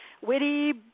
witty